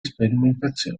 sperimentazione